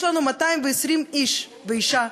יש לנו 220 איש ואישה